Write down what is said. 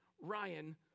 Ryan